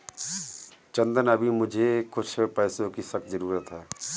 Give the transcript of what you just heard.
चंदन अभी मुझे कुछ पैसों की सख्त जरूरत है